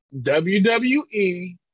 WWE